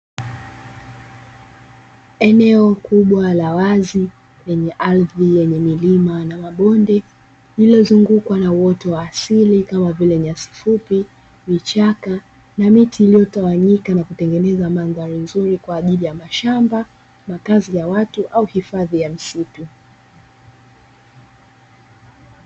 Eneo kubwa la wazi lenye ardhi yenye milima na mabonde lilozungukwa na uwoto wa asili kama vile nyasi fupi, vichaka na miti iliyotawanyika na kutengeneza mandhari nzuri kwa ajili ya mashamba, makazi ya watu au hifadhi ya misitu